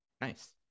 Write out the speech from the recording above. nice